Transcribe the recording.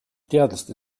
teadlaste